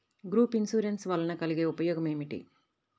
Group insurance వలన కలిగే ఉపయోగమేమిటీ?